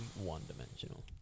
one-dimensional